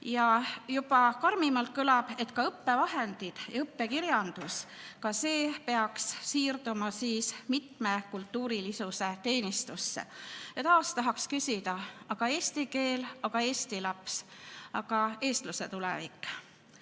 Juba karmimalt kõlab, et ka õppevahendid ja õppekirjandus peaks siirduma mitmekultuurilisuse teenistusse. Taas tahaks küsida: aga eesti keel, aga eesti laps, aga eestluse tulevik?